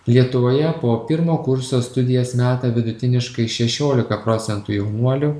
lietuvoje po pirmo kurso studijas meta vidutiniškai šešiolika procentų jaunuolių